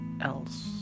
else